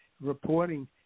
reporting